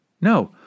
No